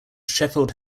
sheffield